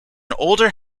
older